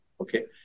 okay